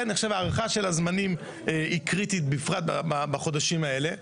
אני חושב שהארכה של הזמנים היא קריטית בפרט בחודשים האלה.